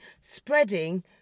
spreading